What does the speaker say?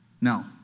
No